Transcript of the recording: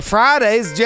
Friday's